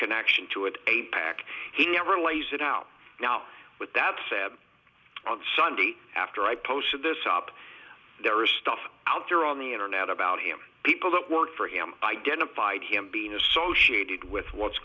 connection to it a back he never lays it out now with that sab on sunday after i posted this op there is stuff out there on the internet about him people that work for him identified him being associated with what's